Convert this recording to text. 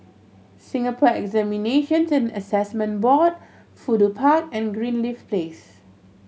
Singapore Examinations and Assessment Board Fudu Park and Greenleaf Place